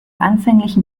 anfänglichen